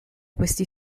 questi